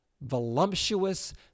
voluptuous